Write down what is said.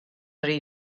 rhy